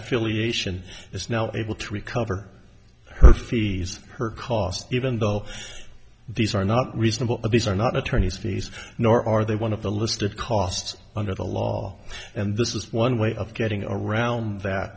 affiliation is now able to recover her fees her costs even though these are not reasonable but these are not attorney's fees nor are they one of the listed costs under the law and this is one way of getting around